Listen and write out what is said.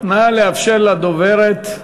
נא לאפשר לדוברת.